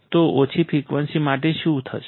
તો ઓછી ફ્રિકવન્સી માટે શું થશે